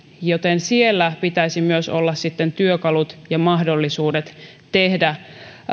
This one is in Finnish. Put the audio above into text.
joten siellä pitäisi myös olla sitten työkalut ja mahdollisuudet tehdä